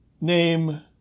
Name